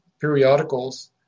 periodicals